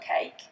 cake